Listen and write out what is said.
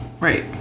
right